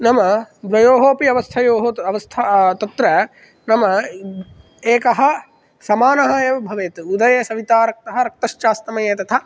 नाम द्वयोः अपि अवस्थयोः अवस्था तत्र नाम एकः समानः एव भवेत् उदये सविता रक्तः रक्तश्चास्तमये तथा